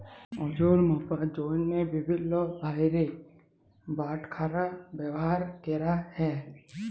ওজল মাপার জ্যনহে বিভিল্ল্য ভারের বাটখারা ব্যাভার ক্যরা হ্যয়